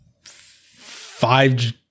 five